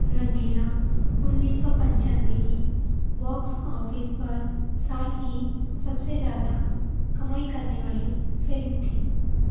रंगीलाउन्नी सौ पंचानवे की बॉक्स ऑफिस पर साल की सबसे ज़्यादा कमाई करने वाली फ़िल्म थी